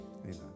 Amen